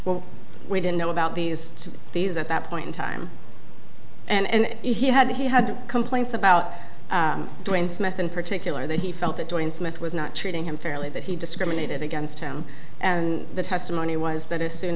well we didn't know about these these at that point in time and he had he had complaints about twins meth in particular that he felt that joints meth was not treating him fairly that he discriminated against him and the testimony was that as soon